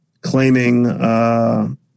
claiming